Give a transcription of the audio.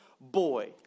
boy